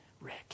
Rick